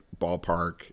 ballpark